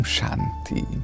Shanti